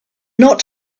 not